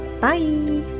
Bye